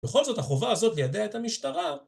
בכל זאת החובה הזאת לידע את המשטרה